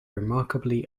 remarkably